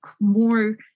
more